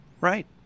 Right